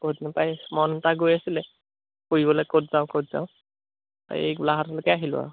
বহুত দিনৰেপৰাই মন এটা গৈ আছিলে ফুৰিবলৈ ক'ত যাওঁ ক'ত যাওঁ এই গোলাঘাটলৈকে আহিলোঁ আৰু